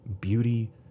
beauty